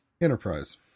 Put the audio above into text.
Enterprise